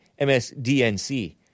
MSDNC